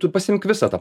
tai tu pasiimk visą tą